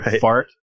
Fart